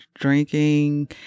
drinking